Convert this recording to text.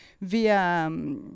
via